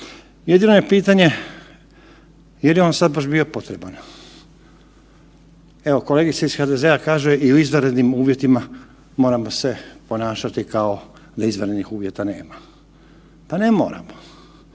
Jedino je pitanje je li on baš sad bio potreban? Evo, kolegica iz HDZ-a kaže i u izvanrednim uvjetima moramo se ponašati kao da izvanrednih uvjeta nema. Pa ne moramo,